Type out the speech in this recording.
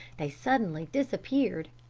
they suddenly disappeared.